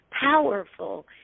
powerful